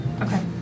Okay